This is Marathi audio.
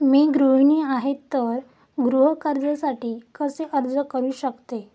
मी गृहिणी आहे तर गृह कर्जासाठी कसे अर्ज करू शकते?